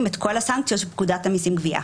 את כל הסנקציות של פקודת המסים (גבייה).